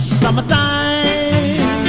summertime